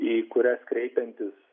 į kurias kreipiantis